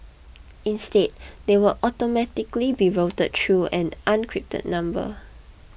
instead they will automatically be routed through an encrypted number